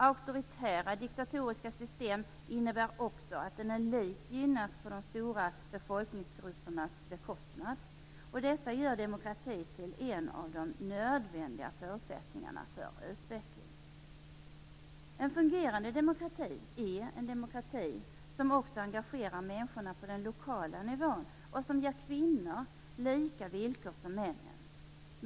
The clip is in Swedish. Auktoritära diktatoriska system innebär också att en elit gynnas på de stora befolkningsgruppernas bekostnad. Detta gör demokrati till en av de nödvändiga förutsättningarna för utveckling. En fungerande demokrati är en demokrati som också engagerar människorna på den lokala nivån och som ger kvinnor samma villkor som män.